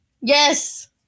Yes